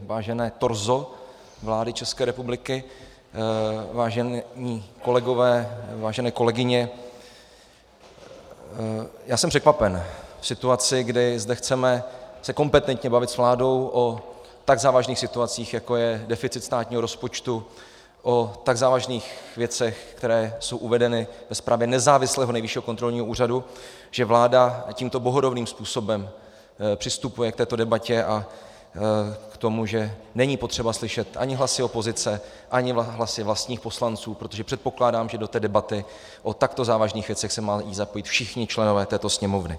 Vážené torzo vlády České republiky, vážení kolegové, vážené kolegyně, já jsem překvapen v situaci, kdy zde chceme se kompetentně bavit s vládou o tak závažných situacích, jako je deficit státního rozpočtu, o tak závažných věcech, které jsou uvedeny ve zprávě nezávislého Nejvyššího kontrolního úřadu, že vláda tímto bohorovným způsobem přistupuje k této debatě a k tomu, že není potřeba slyšet ani hlasy opozice, ani hlasy vlastních poslanců, protože předpokládám, že do té debaty o takto závažných věcech se mají zapojit všichni členové této Sněmovny.